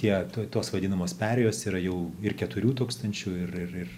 tie tos vadinamos perėjos yra jau ir keturių tūkstančių ir ir ir